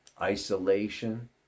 isolation